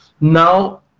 Now